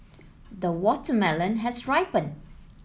the watermelon has ripened